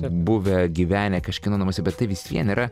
buvę gyvenę kažkieno namuose bet tai vis vien yra